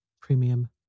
Premium